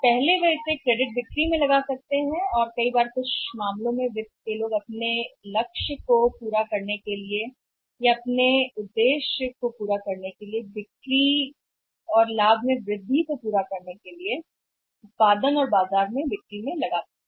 इसलिए वे इसे क्रेडिट बिक्री में पहली बार पार्क कर सकते हैं कभी कभी वित्त लोगों के उद्देश्य को पूरा करने के लिए उन्हें अतिरिक्त के लिए जाना पड़ता है बाजार में अधिकतम उत्पादन के अपने उद्देश्य के साथ विनिर्माण या निर्माण और बिक्री और मुनाफा